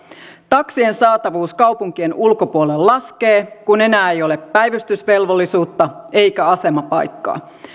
taksien saatavuus kaupunkien ulkopuolella laskee kun enää ei ole päivystysvelvollisuutta eikä asemapaikkaa